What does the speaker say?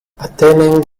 attaining